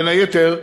בין היתר,